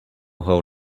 how